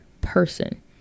person